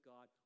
God